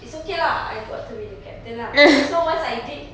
it's okay lah I got to be the captain lah so once I did